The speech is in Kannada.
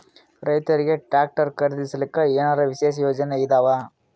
ರೈತರಿಗೆ ಟ್ರಾಕ್ಟರ್ ಖರೀದಿಸಲಿಕ್ಕ ಏನರ ವಿಶೇಷ ಯೋಜನೆ ಇದಾವ?